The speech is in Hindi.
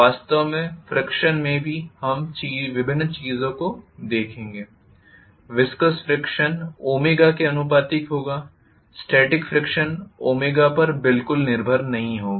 वास्तव में फ्रीक्षण में भी हम विभिन्न चीजों को देखेंगे विस्कस फ्रीक्षण के आनुपातिक होगा स्टॅटिक फ्रीक्षण पर बिल्कुल निर्भर नहीं होगा